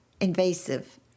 invasive